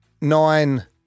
nine